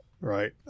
Right